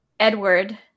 Edward